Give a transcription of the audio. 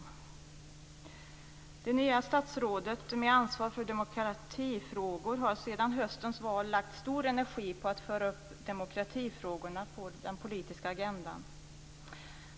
Det nya statsrådet med ansvar för demokratifrågor har sedan höstens val lagt ned stor energi på att föra upp demokratifrågorna på den politiska agendan.